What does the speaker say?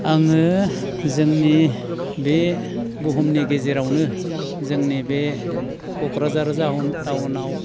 आङो जोंनि बे बुहुमनि गेजेरावनो जोंनि बे क'क्राझार टाउनआव